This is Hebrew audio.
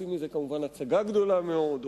עושים מזה כמובן הצגה גדולה מאוד,